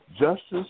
justice